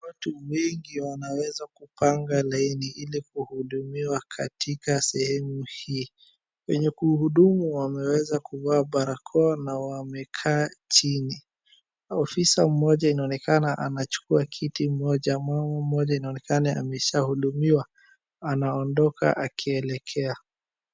Watu wengi wanaweza kupanga laini ili kuhudumiwa katika sehemu hii. Wenye kuhudumu wameweza kuvaa barakoa na wamekaa chini. Ofisa mmoja inaonekana anachukua kiti moja, mama mmoja inaonekana ameshahudumiwa, anaondoka akielekea.